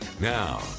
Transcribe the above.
Now